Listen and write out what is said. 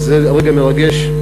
זה רגע מרגש.